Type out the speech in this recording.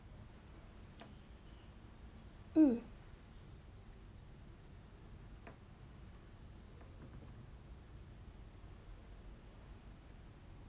mm